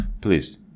please